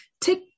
take